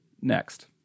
next